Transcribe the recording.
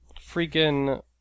freaking